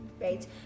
right